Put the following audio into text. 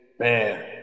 Man